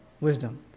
wisdom